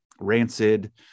rancid